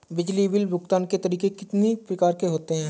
बिजली बिल भुगतान के तरीके कितनी प्रकार के होते हैं?